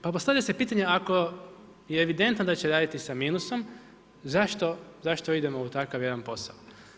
Pa postavlja se pitanje ako je evidentno da će raditi sa minusom, zašto idemo u takav jedan posao?